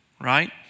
right